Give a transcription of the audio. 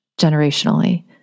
generationally